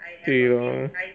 对 loh